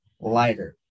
lighter